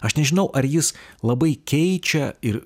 aš nežinau ar jis labai keičia ir